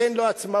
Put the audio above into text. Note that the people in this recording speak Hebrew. תן לו עצמאות,